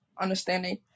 Understanding